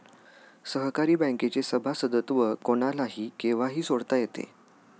सहकारी बँकेचे सभासदत्व कोणालाही केव्हाही सोडता येते